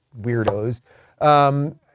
weirdos